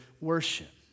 worship